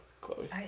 Chloe